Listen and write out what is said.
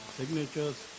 signatures